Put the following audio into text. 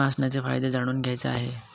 विमा असण्याचे फायदे जाणून घ्यायचे आहे